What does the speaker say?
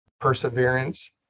perseverance